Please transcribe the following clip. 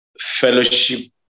Fellowship